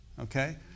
okay